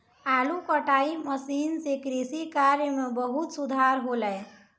आलू कटाई मसीन सें कृषि कार्य म बहुत सुधार हौले